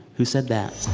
who said that?